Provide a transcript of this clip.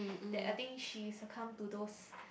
that I think she succumb to those